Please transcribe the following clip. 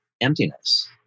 emptiness